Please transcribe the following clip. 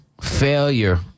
failure